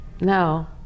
No